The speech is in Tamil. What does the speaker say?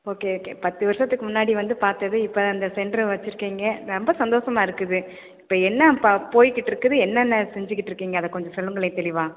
ஓகே ஓகே பத்து வருஷத்துக்கு முன்னாடி வந்து பார்த்தது இப்போ அந்த சென்டர் வச்சிருக்கீங்க ரொம்ப சந்தோஷமா இருக்குது இப்போ என்ன பா போய்க்கிட்ருக்குது என்னென்ன செஞ்சிக்கிட்டிருக்கீங்க அதை கொஞ்சம் சொல்லுங்களேன் தெளிவாக